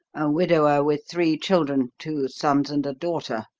a widower with three children, two sons and a daughter.